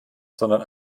sondern